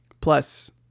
Plus